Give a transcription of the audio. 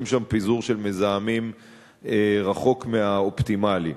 שם פיזור של מזהמים רחוק מהאופטימלי.